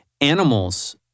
Animals